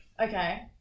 Okay